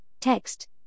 text